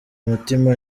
mutima